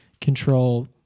control